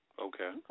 Okay